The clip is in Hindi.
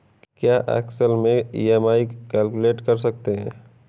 क्या एक्सेल में ई.एम.आई कैलक्यूलेट कर सकते हैं?